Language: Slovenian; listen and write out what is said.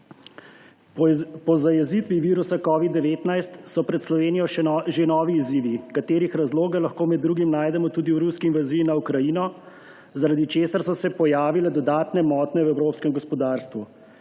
Po zajezitvi virusa covida 19 so pred Slovenijo že novi izzivi, katerih razloge lahko med drugim najdemo tudi v ruski invaziji na Ukrajino, zaradi česar so se pojavile dodatne motnje v evropskem gospodarstvu.